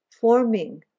forming